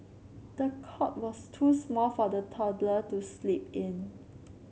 the cot was too small for the toddler to sleep in